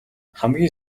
хамгийн